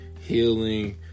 healing